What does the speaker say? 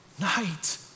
night